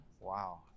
wow